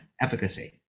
efficacy